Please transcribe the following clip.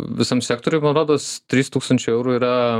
visam sektoriui mano rodos trys tūkstančiai eurų yra